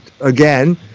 again